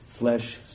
Flesh